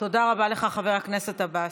תודה רבה לך, חבר הכנסת עבאס.